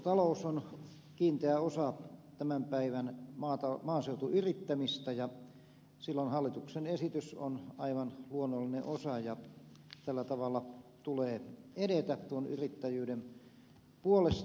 hevostalous on kiinteä osa tämän päivän maaseutuyrittämistä ja silloin hallituksen esitys on aivan luonnollinen osa ja tällä tavalla tulee edetä tuon yrittäjyyden puolesta